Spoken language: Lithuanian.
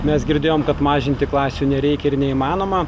mes girdėjom kad mažinti klasių nereikia ir neįmanoma